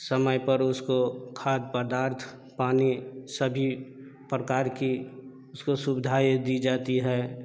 समय पर उसको खाद पदार्थ पानी सभी प्रकार की उसको सुवधाएँ दी जाती है